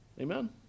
Amen